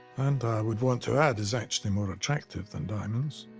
and i would want to add is actually more attractive than diamonds.